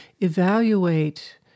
evaluate